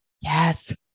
Yes